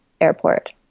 airport